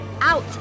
Out